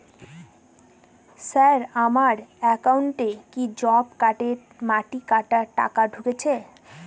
Sir আমার একাউন্টে কি জব কার্ডের মাটি কাটার টাকা ঢুকেছে?